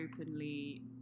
openly